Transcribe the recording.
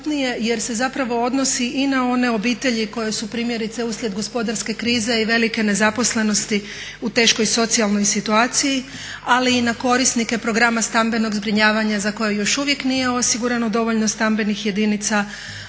jer se zapravo odnosi i na one obitelji koje su primjerice uslijed gospodarske krize i velike nezaposlenosti u teškoj socijalnoj situaciji ali i na korisnike programa stambenog zbrinjavanja za koje još uvijek nije osigurano dovoljno stambenih jedinica,